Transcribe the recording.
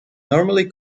normally